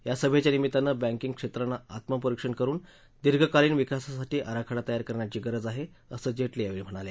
या सभेच्या निमित्ताने बँकेंग क्षेत्राने आत्मपरिक्षण करून दीर्घकालीन विकासासाठी आराखडा तयार करण्याची गरज आहे असे जेटली यावेळी म्हणाले